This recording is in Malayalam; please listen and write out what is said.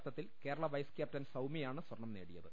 നടത്തത്തിൽ കേരള വൈസ് ക്യാപ്റ്റൻ സൌമ്യയാണ് സ്വർണം നേടിയത്